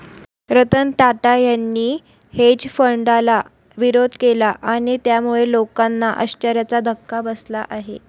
रतन टाटा यांनी हेज फंडाला विरोध केला आणि त्यामुळे लोकांना आश्चर्याचा धक्का बसला आहे